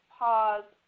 pause